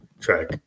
track